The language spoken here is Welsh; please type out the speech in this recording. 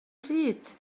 pryd